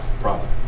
problem